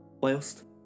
whilst